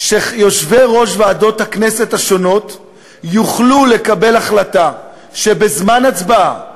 שיושבי-ראש ועדות הכנסת השונות יוכלו לקבל החלטה שבזמן הצבעה,